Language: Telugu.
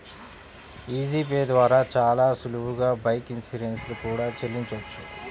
యీ జీ పే ద్వారా చానా సులువుగా బైక్ ఇన్సూరెన్స్ లు కూడా చెల్లించొచ్చు